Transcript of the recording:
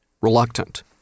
reluctant